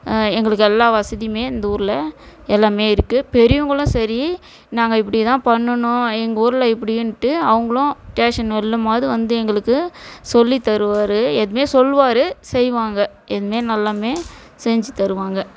எங்களுக்கு எல்லா வசதியுமே இந்த ஊரில் எல்லாமே இருக்கு பெரியவங்களும் சரி நாங்கள் இப்படி தான் பண்ணணும் எங்கள் ஊரில் இப்படின்ட்டு அவங்களும் டேஷன் வரையிலுமாது வந்து எங்களுக்கு சொல்லித்தருவார் எதுவுமே சொல்வார் செய்வாங்க எதுவுமே நல்லாமே செஞ்சித் தருவாங்க